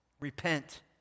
Repent